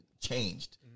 changed